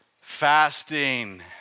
fasting